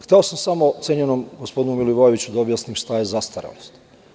Hteo sam samo cenjenom gospodinu Milivojeviću da objasnim šta je zastarelost.